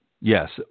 Yes